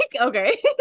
Okay